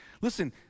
listen